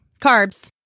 carbs